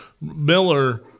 Miller